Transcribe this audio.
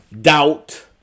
doubt